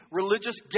religious